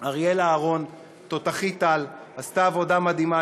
אריאלה אהרון, תותחית-על, עשתה עבודה מדהימה.